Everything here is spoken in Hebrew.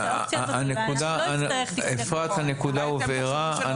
אפרת, הנקודה הובהרה,